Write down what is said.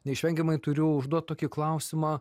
neišvengiamai turiu užduot tokį klausimą